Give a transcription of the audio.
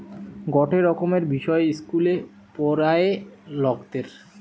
গটে রকমের বিষয় ইস্কুলে পোড়ায়ে লকদের